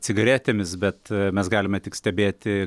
cigaretėmis bet mes galime tik stebėti